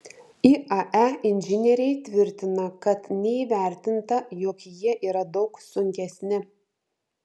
iae inžinieriai tvirtina kad neįvertinta jog jie yra daug sunkesni